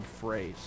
phrase